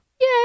Yay